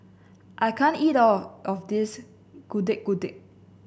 I can't eat all of this Getuk Getuk